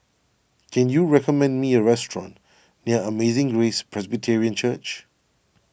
can you recommend me a restaurant near Amazing Grace Presbyterian Church